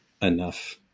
enough